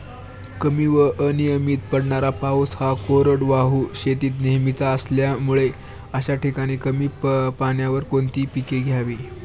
कमी व अनियमित पडणारा पाऊस हा कोरडवाहू शेतीत नेहमीचा असल्यामुळे अशा ठिकाणी कमी पाण्यावर कोणती पिके घ्यावी?